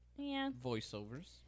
Voiceovers